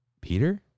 Peter